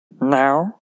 now